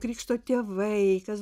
krikšto tėvai kas